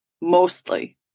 mostly